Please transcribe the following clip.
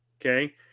Okay